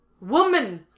Woman